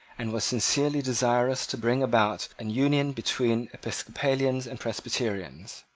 and was sincerely desirous to bring about an union between episcopalians and presbyterians.